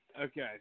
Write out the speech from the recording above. okay